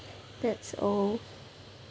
that's all